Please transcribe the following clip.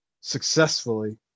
successfully